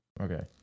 Okay